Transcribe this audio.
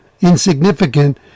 insignificant